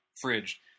fridge